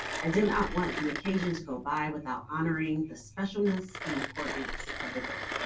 i do not want the occasion to go by without honoring the specialness and importance of the day.